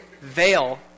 veil